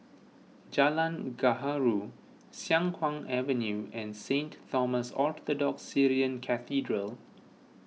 Jalan Gaharu Siang Kuang Avenue and Saint Thomas Orthodox Syrian Cathedral